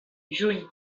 juny